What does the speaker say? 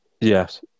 Yes